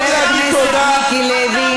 חבר הכנסת מיקי לוי,